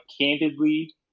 candidly